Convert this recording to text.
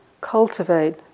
cultivate